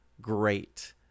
great